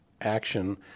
action